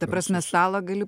ta prasme stalą gali